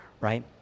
right